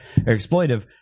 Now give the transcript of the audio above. exploitive